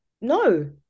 No